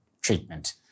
treatment